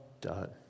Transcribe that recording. done